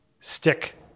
stick